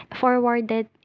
forwarded